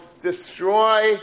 destroy